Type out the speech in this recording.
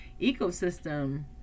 ecosystem